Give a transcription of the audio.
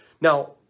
Now